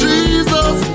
Jesus